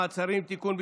מעצרים) (תיקון,